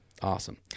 awesome